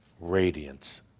radiance